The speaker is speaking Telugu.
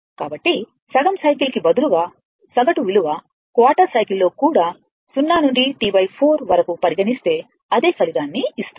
కాబట్టి సగంసైకిల్కి బదులుగా సగటు విలువ క్వార్టర్ సైకిల్ లో కూడా 0 నుండి T 4 వరకు పరిగణిస్తే అదే ఫలితాన్ని ఇస్తుంది